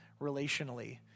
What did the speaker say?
relationally